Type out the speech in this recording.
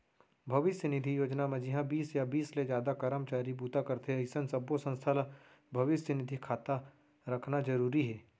भविस्य निधि योजना म जिंहा बीस या बीस ले जादा करमचारी बूता करथे अइसन सब्बो संस्था ल भविस्य निधि खाता रखना जरूरी हे